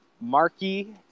Marky